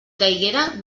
caiguera